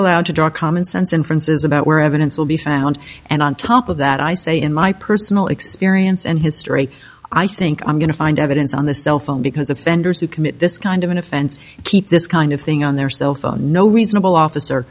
allowed to draw commonsense inferences about where evidence will be found and on top of that i say in my personal experience and history i think i'm going to find evidence on the cell phone because offenders who commit this kind of an offense keep this kind of thing on their cell phone no reasonable officer